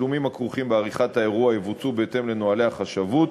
התשלומים הכרוכים בעריכת האירוע יבוצעו בהתאם לנוהלי החשבות,